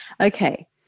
okay